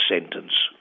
sentence